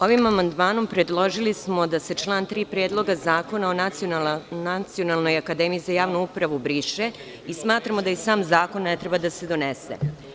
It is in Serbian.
Ovim amandmanom predložili smo da se član 3. Predloga zakona o Nacionalnoj akademiji za javnu upravu briše i smatramo da i sam zakon ne treba da se donese.